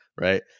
Right